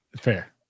Fair